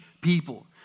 people